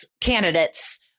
candidates